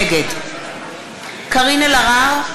נגד קארין אלהרר,